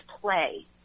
play